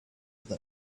them